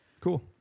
Cool